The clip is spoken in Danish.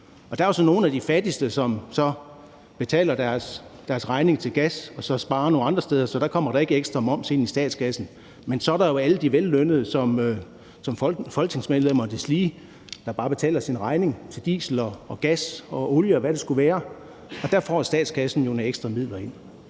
der er jo så nogle af de fattigste, som betaler deres regning til gas og så sparer nogle andre steder; så der kommer der ikke ekstra moms ind i statskassen. Men så er der jo alle de vellønnede som folketingsmedlemmer og deslige, der bare betaler deres regning til diesel, gas, olie, og hvad det skulle være, og der får statskassen jo nogle ekstra midler ind.